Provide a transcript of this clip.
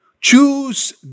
Choose